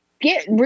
get